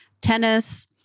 tennis